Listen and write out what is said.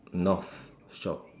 north shore